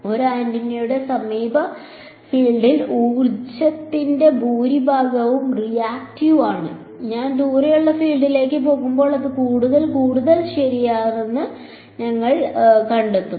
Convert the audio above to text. ഒരു ആന്റിനയുടെ സമീപ ഫീൽഡിൽ ഊർജ്ജത്തിന്റെ ഭൂരിഭാഗവും റിയാക്ടീവ് ആണ് ഞാൻ ദൂരെയുള്ള ഫീൽഡിലേക്ക് പോകുമ്പോൾ അത് കൂടുതൽ കൂടുതൽ ശരിയാകുന്നത് ഞങ്ങൾ കണ്ടെത്തും